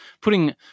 putting